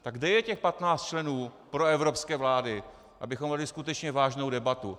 Tak kde je těch 15 členů proevropské vlády, abychom vedli skutečně vážnou debatu?